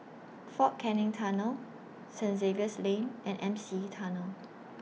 Fort Canning Tunnel Saint Xavier's Lane and M C E Tunnel